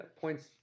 points